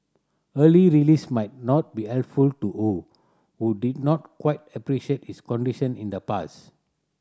early release might not be helpful to Ho who did not quite appreciate his condition in the past